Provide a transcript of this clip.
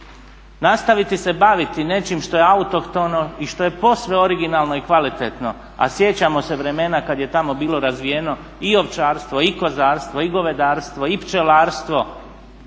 nastaviti se baviti nečim što je autohtono i što je posve originalno i kvalitetno, a sjećamo se vremena kad je tamo bilo razvijeno i ovčarstvo i kozarstvo i govedarstvo i pčelarstvo,